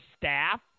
staff